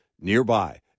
nearby